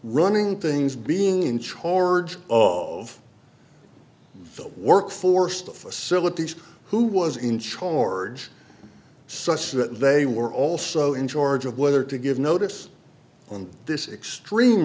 running things being in charge of the work force to facilities who was in charge such that they were also in charge of whether to give notice on this extreme